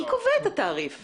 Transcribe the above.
מי קובע את התעריף?